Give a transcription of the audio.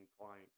client